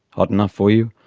hot enough for you?